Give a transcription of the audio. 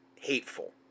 hateful